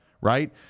right